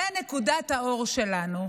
זו נקודת האור שלנו.